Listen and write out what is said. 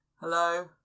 hello